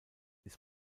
ist